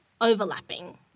overlapping